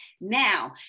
now